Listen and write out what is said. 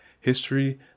History